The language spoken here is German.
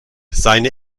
seine